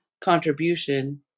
contribution